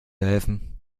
helfen